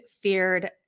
feared